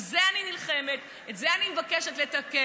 על זה אני נלחמת, את זה אני מבקשת לתקן.